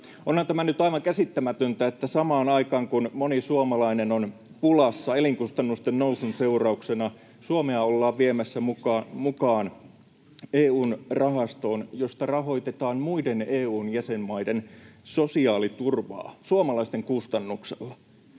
Onhan tämä nyt aivan käsittämätöntä, että samaan aikaan kun moni suomalainen on pulassa elinkustannusten nousun seurauksena, Suomea ollaan viemässä mukaan EU:n rahastoon, josta rahoitetaan muiden EU:n jäsenmaiden sosiaaliturvaa — suomalaisten kustannuksella.